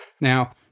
Now